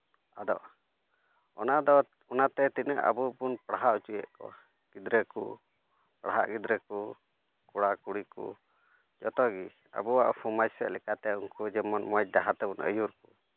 ᱟᱫᱚᱜᱼᱟ ᱚᱱᱟ ᱫᱚ ᱚᱱᱟᱛᱮ ᱛᱤᱱᱟᱹᱜ ᱟᱵᱚ ᱵᱚᱱ ᱯᱟᱲᱦᱟᱣ ᱦᱚᱪᱚᱭᱮᱫ ᱜᱤᱫᱽᱨᱟᱹ ᱠᱚ ᱯᱟᱲᱦᱟᱜ ᱜᱤᱫᱽᱨᱟᱹ ᱠᱚ ᱠᱚᱲᱟᱼᱠᱩᱲᱤ ᱠᱚ ᱡᱚᱛᱚ ᱜᱮ ᱟᱵᱚᱣᱟᱜ ᱥᱚᱢᱟᱡᱽ ᱥᱮᱫ ᱞᱮᱠᱟᱛᱮ ᱩᱱᱠᱩ ᱡᱮᱢᱚᱱ ᱢᱚᱡᱽ ᱰᱟᱦᱟᱨ ᱛᱮᱵᱚᱱ ᱟᱹᱭᱩᱨ ᱠᱚ